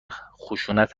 خشونت